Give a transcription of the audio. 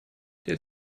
der